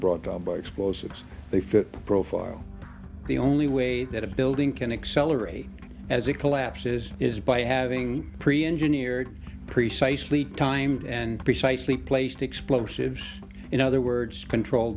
brought on by explosives they fit profile the only way that a building can accelerate as it collapses is by having pre engineered precisely timed and precisely placed explosives in other words control